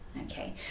Okay